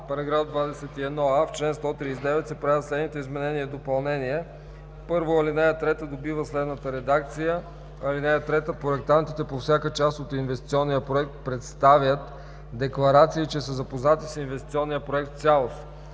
21а: „§ 21а. В чл. 139 се правят следните изменения и допълнения: 1. Алинея 3 добива следната редакция: „(3) Проектантите по всяка част от инвестиционния проект представят декларации, че са запознати с инвестиционния проект в цялост.“